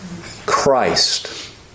Christ